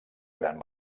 gran